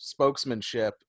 spokesmanship